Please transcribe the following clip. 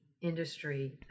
industry